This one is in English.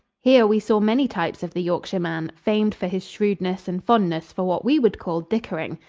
here we saw many types of the yorkshire man, famed for his shrewdness and fondness for what we would call dickering.